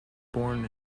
born